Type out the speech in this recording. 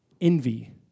Envy